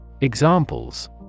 Examples